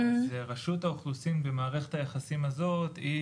רשות האוכלוסין במערכת היחסים הזאת היא